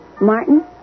Martin